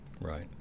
Right